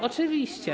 Oczywiście.